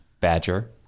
badger